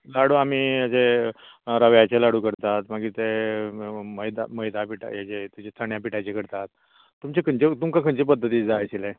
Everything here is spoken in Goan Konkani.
लाडू आमी हेचे रव्याचे लाडू करतात मागीर तें मैदा मैद्या पिठा हेचे चण्या पिठाचे करता तुमचे खंयचे तुमकां खंयचे पध्दतीन जाय आशिल्ले